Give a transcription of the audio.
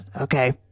okay